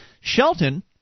Shelton